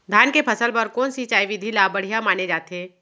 धान के फसल बर कोन सिंचाई विधि ला बढ़िया माने जाथे?